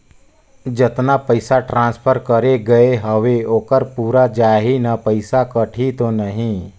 जतना पइसा ट्रांसफर करे गये हवे ओकर पूरा जाही न पइसा कटही तो नहीं?